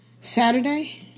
Saturday